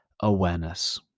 awareness